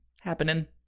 happening